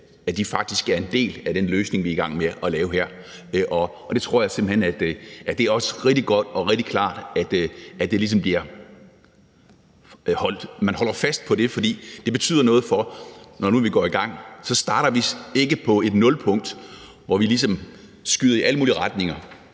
ansatte faktisk er en del af den løsning, vi er i gang med at lave her. Jeg tror simpelt hen, det er rigtig godt, at der ligesom bliver holdt fast på det, for det betyder noget for, at vi ikke, når vi nu går i gang, starter på et nulpunkt, hvor vi skyder i alle mulige retninger.